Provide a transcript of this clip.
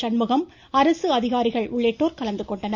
சண்முகம் அரசு அதிகாரிகள் உள்ளிட்டோர் கலந்துகொண்டனர்